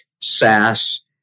SaaS